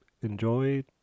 enjoy